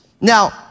Now